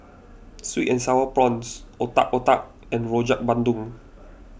Sweet and Sour Prawns Otak Otak and Rojak Bandung